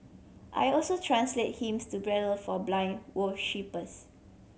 I also translate hymns to Braille for blind worshippers